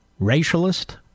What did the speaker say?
racialist